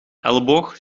elleboog